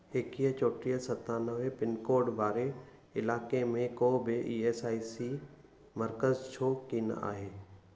एकवीह चोटीह सतानवे पिनकोड वारे इलाइक़े में को बि ई एस आई सी मर्कज़ु छो कीन आहे